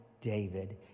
David